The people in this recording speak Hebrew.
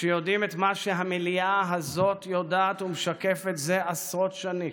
שיודעים את מה שהמליאה הזאת יודעת ומשקפת זה עשרות שנים: